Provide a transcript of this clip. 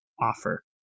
offer